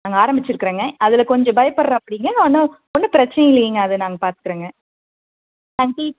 நாங்கள் ஆரமிச்சுருக்கறங்க அதில் கொஞ்சம் பயப்படுறாப்பிடிங்க ஆனால் ஒன்றும் பிரச்சினை இல்லைங்க அது நாங் பார்த்துக்கறங்க